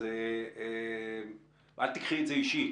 אז אל תיקחי את זה אישית.